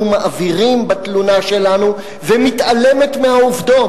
מעבירים בתלונה שלנו ומתעלמת מהעובדות.